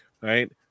Right